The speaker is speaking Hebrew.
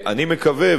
אני מקווה,